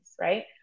right